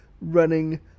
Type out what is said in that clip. running